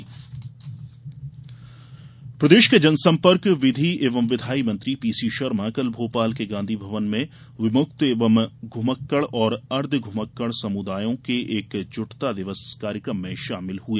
PC Sharma प्रदेश के जनसम्पर्क विधि एवं विधायी मंत्री पीसी शर्मा कल भोपाल के गांधी भवन में विमुक्त एवं घुमक़ड़ और अर्द्वघुमक़ड़ समुदायों के एक जुटता दिवस कार्यक्रम में शामिल हुए